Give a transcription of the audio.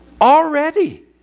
already